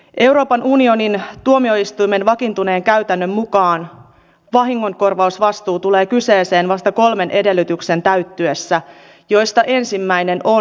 euroopan unionin tuomioistuimen vakiintuneen käytännön mukaan vahingonkorvausvastuu tulee kyseeseen vasta kolmen edellytyksen täyttyessä joista ensimmäinen on